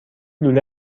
لوله